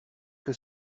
que